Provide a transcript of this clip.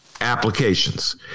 applications